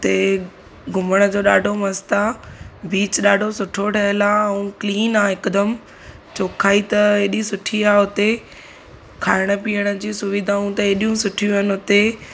हुते घुमण जो ॾाढो मस्तु आहे बीच ॾाढो सुठो ठहियल आहे ऐं क्लीन आहे हिकदमि चोखाई त एॾी सुठी आहे हुते खायण पीअण जूं सुविधाऊं त एॾियूं सुठियूं आहिनि हुते